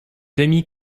demi